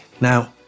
Now